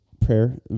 prayer